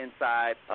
inside